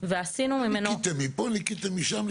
ועשינו ממנו --- ניקיתם מפה וניקיתם משם.